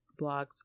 blogs